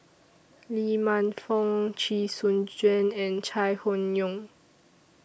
Lee Man Fong Chee Soon Juan and Chai Hon Yoong